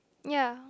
ya